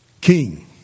king